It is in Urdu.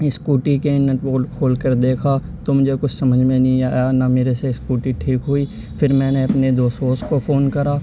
اسکوٹی کے نٹ بولٹ کھول کر دیکھا تو مجھے کچھ سمجھ میں نہیں آیا نہ میرے سے اسکوٹی ٹھیک ہوئی پھر میں نے اپنے دوست ووس کو فون کرا